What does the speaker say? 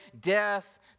death